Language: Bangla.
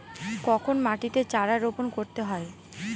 কখন মাটিতে চারা রোপণ করতে হয়?